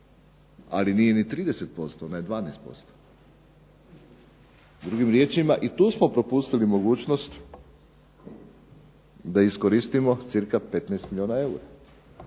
ali nije niti 30%, ona je 12%. Drugim riječima i tu smo propustili mogućnost da iskoristimo cirka 15 milijuna eura.